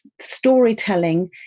storytelling